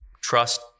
trust